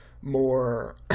more